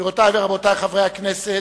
גבירותי ורבותי חברי הכנסת,